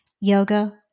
yoga